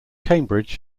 cambridge